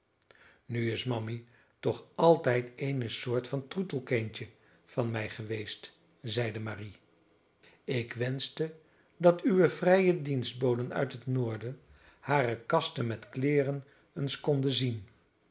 nu is mammy toch altijd eene soort van troetelkindje van mij geweest zeide marie ik wenschte dat uwe vrije dienstboden uit het noorden hare kasten met kleeren eens konden zien